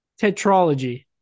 tetralogy